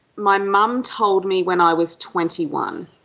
my mum told me when i was twenty one,